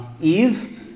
Eve